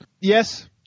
Yes